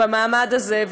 במעמד הזה,